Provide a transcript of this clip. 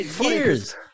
years